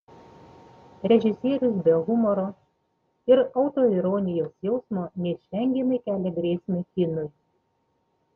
režisierius be humoro ir autoironijos jausmo neišvengiamai kelia grėsmę kinui